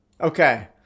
Okay